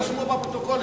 שירשמו בפרוטוקול,